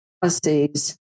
policies